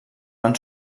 van